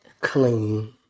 Clean